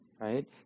right